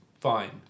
fine